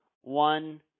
one